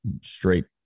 straight